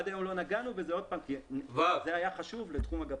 עד היום לא נגענו בזה כי זה היה חשוב לתחום הגפ"ם.